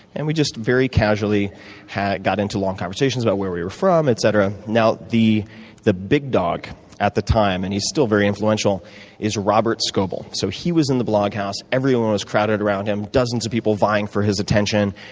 and we just very casually got into long conversations about where we were from, etc. now, the the big dog at the time and he's still very influential is robert scoble. so he was in the blog haus, everyone was crowded around him, dozens of people vying for his attention.